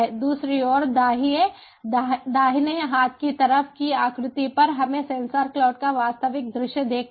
दूसरी ओर दाहिने हाथ की तरफ की आकृति पर हम सेंसर क्लाउड का वास्तविक दृश्य देखते हैं